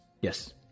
Yes